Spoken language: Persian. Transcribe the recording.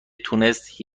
تونست